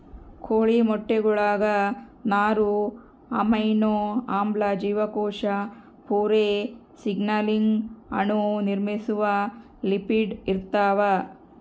ಕೋಳಿ ಮೊಟ್ಟೆಗುಳಾಗ ನಾರು ಅಮೈನೋ ಆಮ್ಲ ಜೀವಕೋಶ ಪೊರೆ ಸಿಗ್ನಲಿಂಗ್ ಅಣು ನಿರ್ಮಿಸುವ ಲಿಪಿಡ್ ಇರ್ತಾವ